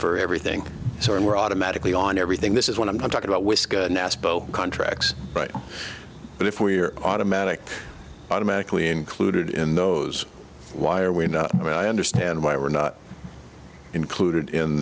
for everything so we were automatically on everything this is what i'm talking about whiskey nasco contracts but but if we're automatic automatically included in those why are we not i mean i understand why we're not included in